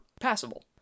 passable